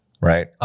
right